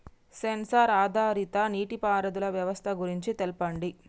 Censor ఆధారిత నీటిపారుదల వ్యవస్థ గురించి తెల్పండి?